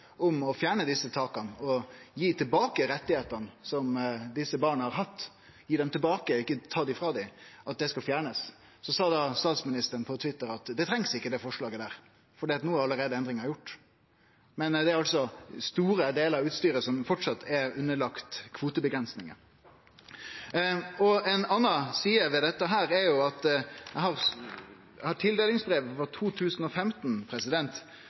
om å fjerne desse taka og gi tilbake rettane som desse barna har hatt, ikkje ta dei frå dei, ikkje trengst, for no er allereie endringa gjort. Men framleis er store delar av utstyret underlagde kvoteavgrensing. Ei anna side av dette: Eg har tildelingsbrevet frå 2015,